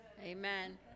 Amen